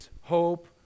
hope